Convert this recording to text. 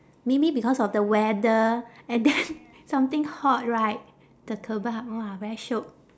maybe because of the weather and then something hot right the kebab !wah! very shiok